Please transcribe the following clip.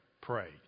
pray